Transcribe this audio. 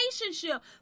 relationship